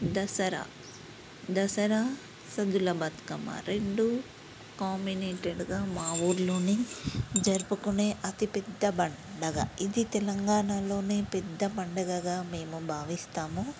దసరా దసరా సద్దుల బతుకమ్మ రెండూ కాంబినేటెడ్గా మా ఊరిలోనే జరుపుకునే అతిపెద్ద పండుగ ఇది తెలంగాణలోనే పెద్ద పండుగగా మేము భావిస్తాము